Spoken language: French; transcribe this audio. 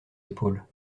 épaules